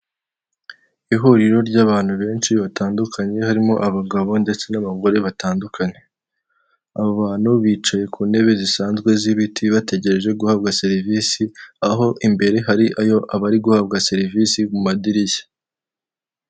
Ihuriro ry'abantu benshi batandukanye harimo abagabo ndetse n'abagore batandukanye, abantu bicaye ku ntebe zisanzwe z'ibiti bategereje guhabwa serivisi aho imbere hari ayo abari guhabwa serivisi mu madirishya.